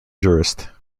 jurist